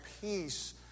peace